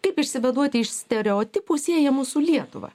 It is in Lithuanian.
kaip išsivaduoti iš stereotipų siejamų su lietuva